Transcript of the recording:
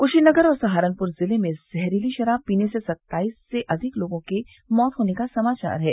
कुशीनगर और सहारनपुर जिले में जहरीली शराब पीने से सत्ताईस से अधिक लोगों की मौत होने का समाचार है